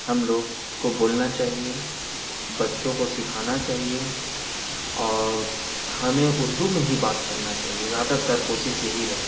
ہم لوگ کو بولنا چاہیے بچوں کو سکھانا چاہیے اور ہمیں اردو میں ہی بات کرنا چاہیے زیادہ تر کوشش یہی رہے